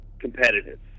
competitive